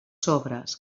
sobres